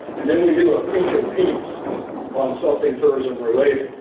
and then we do a feat of repeats on something tourism related.